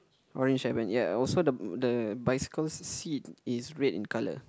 orange hairband ya and also the the bicycle's seat is red in colour